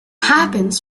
happens